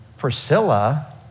Priscilla